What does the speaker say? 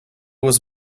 was